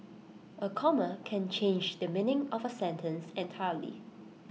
A comma can change the meaning of A sentence entirely